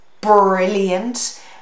brilliant